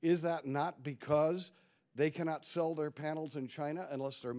is that not because they cannot sell their panels in china unless they're